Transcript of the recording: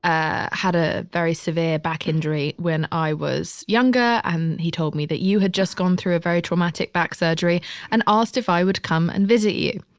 i had, had a very severe back injury when i was younger. and he told me that you had just gone through a very traumatic back surgery and asked if i would come and visit you.